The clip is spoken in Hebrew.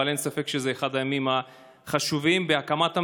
אבל אין ספק שזה אחד הימים החשובים בהקמת המדינה,